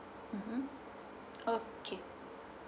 mmhmm okay